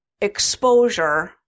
exposure